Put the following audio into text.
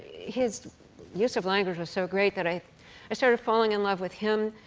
his use of language was so great that i i started falling in love with him,